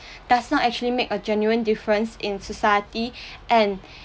does not actually make a genuine difference in society and